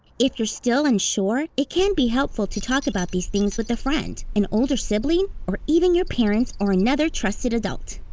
if you're still unsure, it can be helpful to talk about these things with a friend, an older sibling, or even your parents or another trusted adult.